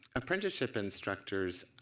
apprenticeship instructors